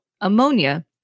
ammonia